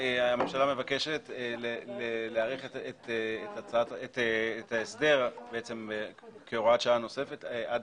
הממשלה מבקשת לעגן את ההסדר כהוראת שעה נוספת עד